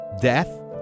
Death